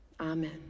Amen